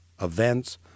events